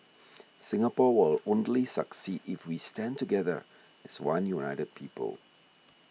Singapore will only succeed if we stand together as one united people